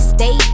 Stay